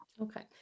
Okay